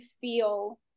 feel